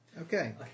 okay